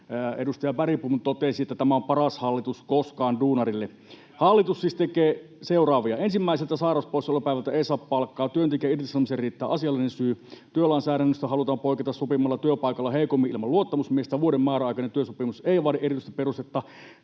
Edustaja Bergbom totesi, että tämä on duunarille paras hallitus koskaan. Hallitus siis tekee seuraavia: ensimmäiseltä sairauspoissaolopäivältä ei saa palkkaa, työntekijän irtisanomisen riittää asiallinen syy, työlainsäädännöstä halutaan poiketa sopimalla työpaikalla heikommin ilman luottamusmiestä, vuoden määräaikainen työsopimus ei vaadi erityistä perustetta,